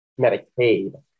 Medicaid